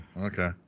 Okay